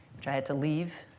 which i had to leave